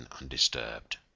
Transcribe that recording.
undisturbed